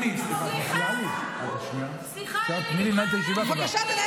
תהיי בוועדת חוץ וביטחון כי ישעו אותך,